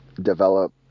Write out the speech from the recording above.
develop